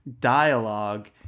dialogue